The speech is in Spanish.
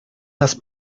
las